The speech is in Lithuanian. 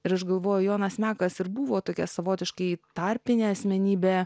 ir aš galvoju jonas mekas ir buvo tokia savotiškai tarpinė asmenybė